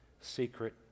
secret